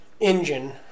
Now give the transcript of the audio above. engine